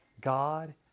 God